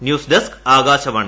ന്യഡ് desk Akashvani